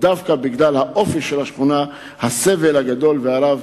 דווקא בגלל האופי של השכונה הסבל של השכונה גדול ורב.